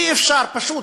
אי-אפשר פשוט.